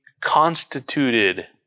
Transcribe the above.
constituted